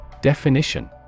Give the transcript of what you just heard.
Definition